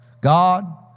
God